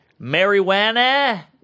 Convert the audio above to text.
marijuana